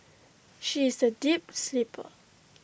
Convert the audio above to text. she is A deep sleeper